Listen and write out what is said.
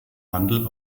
handel